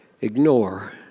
ignore